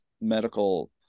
medical